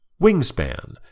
Wingspan